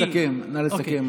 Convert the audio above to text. נא לסכם,